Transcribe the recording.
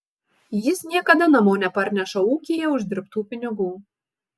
jis niekada namo neparneša ūkyje uždirbtų pinigų